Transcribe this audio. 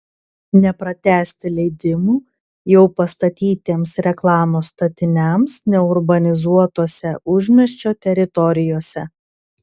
nepratęsti leidimų jau pastatytiems reklamos statiniams neurbanizuotose užmiesčio teritorijose